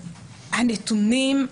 הנתונים,